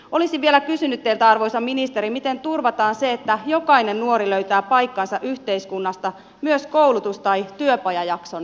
olisin vielä kysynyt teiltä arvoisa ministeri miten turvataan se että jokainen nuori löytää paikkansa yhteiskunnasta myös koulutus tai työpajajakson jälkeen